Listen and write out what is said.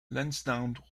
lansdowne